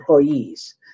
employees